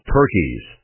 turkeys